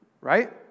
right